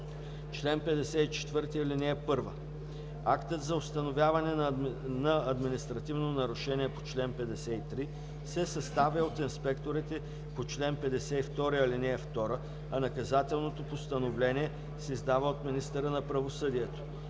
Чл. 54 (1) Актът за установяване на административно нарушение по чл. 53 се съставя от инспекторите по чл. 52, ал. 2, а наказателното постановление се издава от министъра на правосъдието.